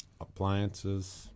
appliances